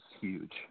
huge